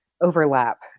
overlap